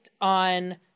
on